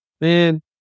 Man